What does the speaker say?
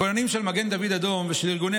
הכוננים של מגן דוד אדום ושל ארגוני